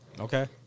Okay